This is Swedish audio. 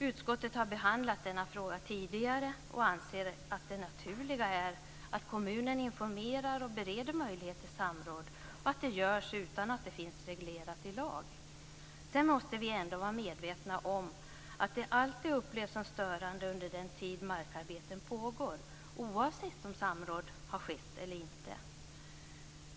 Utskottet har behandlat denna fråga tidigare och anser att det naturliga är att kommunen informerar och bereder möjlighet till samråd och att det görs utan att det finns reglerat i lag. Sedan måste vi ändå vara medvetna om att det alltid upplevs som störande under den tid markarbeten pågår, oavsett om samråd skett eller inte.